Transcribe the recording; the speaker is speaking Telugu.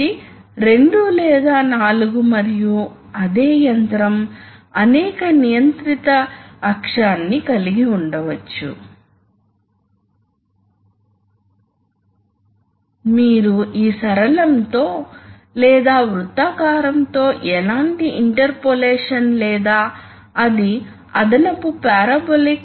అదేవిధంగా ఇది టు డైరెక్షనల్ కంట్రోల్ వాల్వ్స్ ఉపయోగించి గ్రహించడం మరియు లాజిక్ చేయడం కానీ మీరు ఒకే ఎలిమెంట్ ని కలిగి ఉండవచ్చు దీనిలో మీకు AND లాజిక్ ఉండవచ్చు కాబట్టి ఇది అటువంటి నిర్మాణం ప్రాథమికంగా స్కీమాటిక్